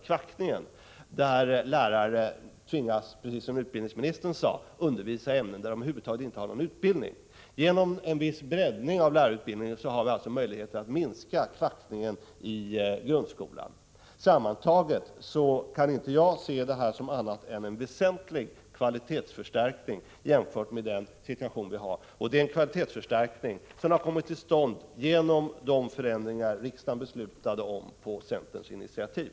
kvackningen som innebär att lärare tvingas, precis som utbildningsministern sade, undervisa i ämnen i vilka de över huvud taget inte har någon utbildning. Genom en viss breddning av lärarutbildningen har vi alltså möjligheter att minska den s.k. kvackningen i grundskolan. Sammantaget kan jag inte se detta som något annat än en väsentlig kvalitetsförstärkning jämfört med den situation vi har. Det är en kvalitetsförstärkning som har kommit till stånd på grund av de förändringar som riksdagen beslutade om på centerns initiativ.